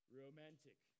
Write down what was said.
romantic